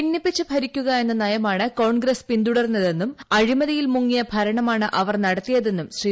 ഭിന്നിപ്പിച്ചു ഭരിക്കുക എന്ന നയമാണ് കോൺഗ്രസ് പിന്തുർന്നതെന്നും അഴിമതിയിൽ മുങ്ങിയ ഭരണമാണ് അവർ നടത്തിയതെന്നും ശ്രീ